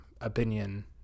opinion